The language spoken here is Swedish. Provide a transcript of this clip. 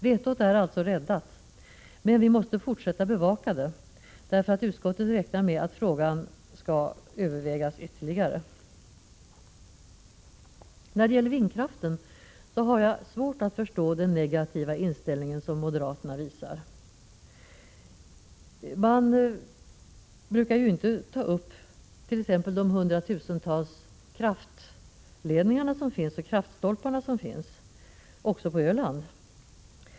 Vetot är alltså räddat, men vi måste fortsätta att bevaka det, eftersom utskottet räknar med att frågan skall övervägas ytterligare. När det gäller vindkraften har jag svårt att förstå den negativa inställning som moderaterna ger uttryck för. Man brukar ju inte rikta någon kritik mot t.ex. de hundratusentals kraftledningsstolpar som finns i vårt land, också på Öland.